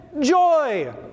joy